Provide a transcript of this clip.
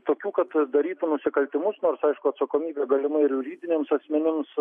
tokių kad darytų nusikaltimus nors aišku atsakomybė galima ir juridiniams asmenims